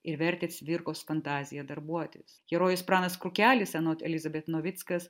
ir vertė cvirkos fantaziją darbuotis herojus pranas krukelis anot elizabet novickas